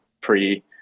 pre